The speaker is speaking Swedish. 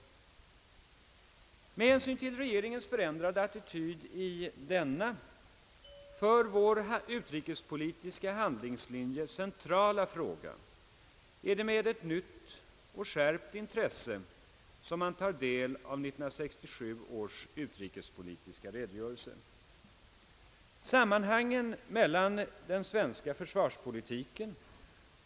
Med hänsyn till regeringens förändrade attityd i denna för vår utrikespolitiska handlingslinje centrala fråga är det med ett nytt och skärpt intresse man tar del av 1967 års utrikespolitiska redogörelse. Sammanhangen mellan den svenska försvarspolitiken.